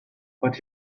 but